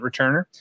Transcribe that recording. returner